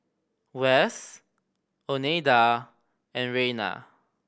Wess Oneida and Rayna